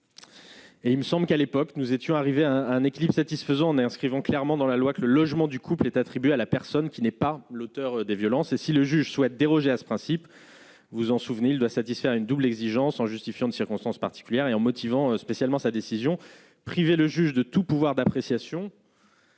Il me semble que nous étions arrivés, à l'époque, à un équilibre satisfaisant en inscrivant clairement dans la loi que le logement du couple est attribué à la personne qui n'est pas l'auteur des violences et que, si le juge souhaite déroger à ce principe- vous vous en souvenez -, il doit satisfaire à une double exigence en justifiant de circonstances particulières et en motivant spécialement sa décision. Priver le juge de tout pouvoir d'appréciation